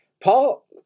Paul